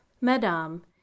madame